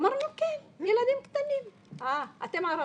אמרנו כן, ילדים קטנים, אה, אתם ערבים.